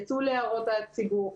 זה יצא להערות הציבור,